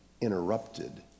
interrupted